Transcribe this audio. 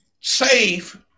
safe